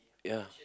ya